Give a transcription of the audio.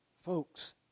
Folks